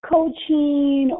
coaching